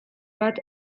bat